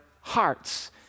hearts